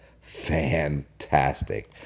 fantastic